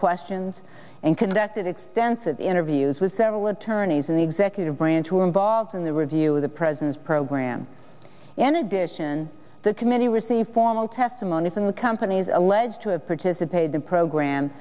questions and conducted extensive interviews with several attorneys in the executive branch who were involved in the review of the president's program in addition the committee receive formal testimony from the companies alleged to have participated the program